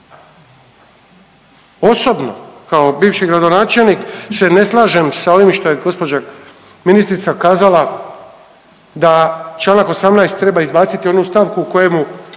Osobno kao bivši gradonačelnik se ne slažem sa ovim što je gospođa ministrica kazala da članak 18. treba izbaciti onu stavku kojemu